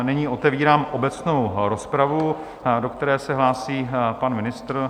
Nyní otevírám obecnou rozpravu, do které se hlásí pan ministr.